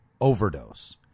overdose